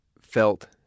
felt